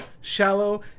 shallow